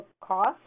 cost